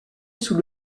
sous